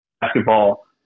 basketball